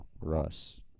Russ